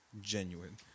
genuine